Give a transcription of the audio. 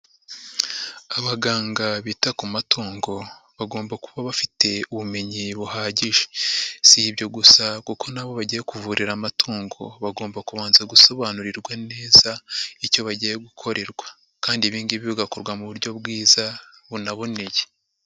Abaganga bita ku matungo bagomba kuba bafite ubumenyi buhagije, si ibyo gusa kuko n'abo bagiye kuvurira amatungo bagomba kubanza gusobanurirwa neza icyo bagiye gukorerwa kandi ibindi bigakorwa mu buryo bwiza bunaboneye.